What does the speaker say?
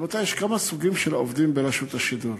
רבותי, יש כמה סוגים של עובדים ברשות השידור.